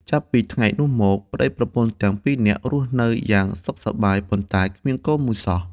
ចាប់ពីថ្ងៃនោះមក ប្តីប្រពន្ធទាំងពីរនាក់រស់នៅយ៉ាងសុខសប្បាយ ប៉ុន្តែគ្មានកូនមួយសោះ ។